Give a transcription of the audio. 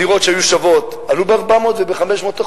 דירות שהיו שוות, עלו ב-400% וב-500%.